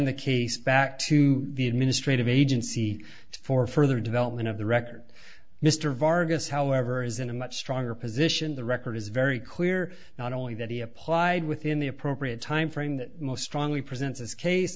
d the case back to the administrative agency for further development of the record mr vargas however is in a much stronger position the record is very clear not only that he applied within the appropriate time frame that most strongly presents its case